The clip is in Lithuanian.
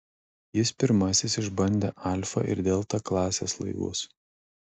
jis pirmasis išbandė alfa ir delta klasės laivus